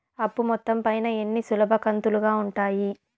అప్పు మొత్తం పైన ఎన్ని సులభ కంతులుగా ఉంటాయి?